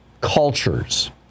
cultures